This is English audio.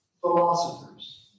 philosophers